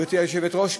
גברתי היושבת-ראש,